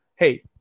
Hey